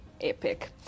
epic